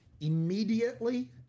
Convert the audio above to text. Immediately